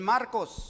Marcos